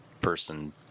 person